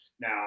now